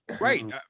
Right